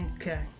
Okay